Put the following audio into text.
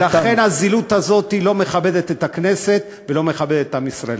לכן הזילות הזאת לא מכבדת את הכנסת ולא מכבדת את עם ישראל.